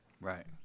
Right